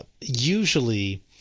usually